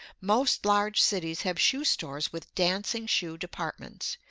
most large cities have shoe stores with dancing shoe departments,